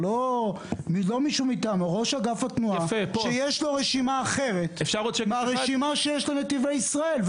עצמו שיש לו רשימה אחרת מהרשימה שיש לנתיבי ישראל,